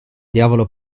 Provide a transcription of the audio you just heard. diavolo